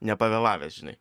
nepavėlavęs žinai